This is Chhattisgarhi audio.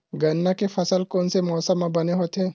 गन्ना के फसल कोन से मौसम म बने होथे?